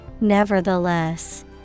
nevertheless